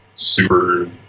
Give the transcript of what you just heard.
super